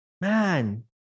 Man